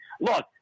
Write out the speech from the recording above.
look